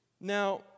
Now